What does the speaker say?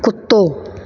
कुतो